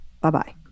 Bye-bye